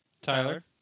Tyler